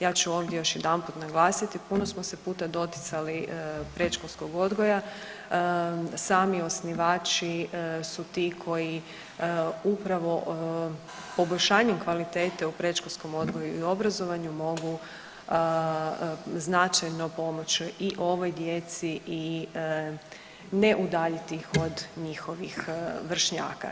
Ja ću ovdje još jedanput naglasiti, puno smo se puta doticali predškolskog odgoja, sami osnivači su ti koji upravo poboljšanju kvalitete u predškolskom odgoju i obrazovanju mogu značajno pomoći i ovoj djeci i ne udaljiti iz od njihovih vršnjaka.